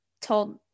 told